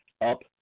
up